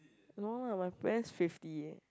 no lah my friends fifty eh